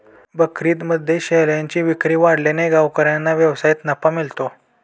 बकरीदमध्ये शेळ्यांची विक्री वाढल्याने गावकऱ्यांना व्यवसायात नफा मिळतो